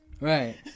Right